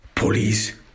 police